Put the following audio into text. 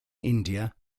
india